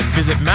visit